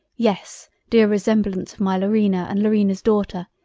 yes dear resemblance of my laurina and laurina's daughter,